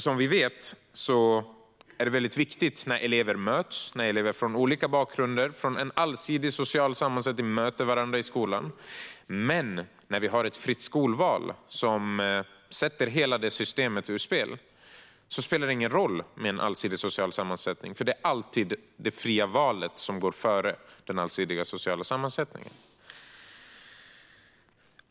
Som vi vet är det mycket viktigt att elever från olika bakgrunder och med en allsidig social sammansättning möter varandra i skolan. Men när vi har ett fritt skolval som sätter hela detta system ur spel spelar den allsidiga sociala sammansättningen ingen roll, eftersom det alltid är det fria valet som går före den allsidiga sociala sammansättningen.